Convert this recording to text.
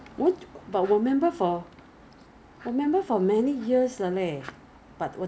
要要要要要早上 need need once you step out of the bed you have to 擦防晒 ah